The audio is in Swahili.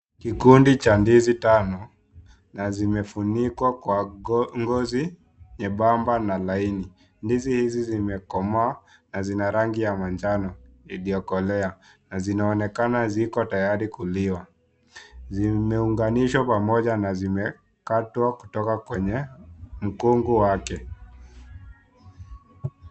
Kikundi cha ndizi tano na zimefunikwa kwa ngozi nyembamba na laini. Ndizi hizi zimekomaa na zina rangi ya manjano iliokolea na zinaonekana ziko tayari kuliwa. Zimeunganishwa pamoja na zimekatwa kutoka kwenye mkungu wake.